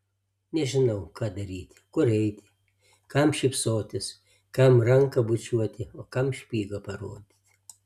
nežinau ką daryti kur eiti kam šypsotis kam ranką bučiuoti o kam špygą parodyti